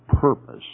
purpose